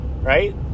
right